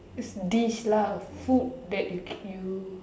it's this lah food that you can use